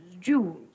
jewels